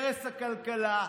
הרס הכלכלה,